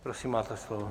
Prosím, máte slovo.